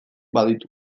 baditu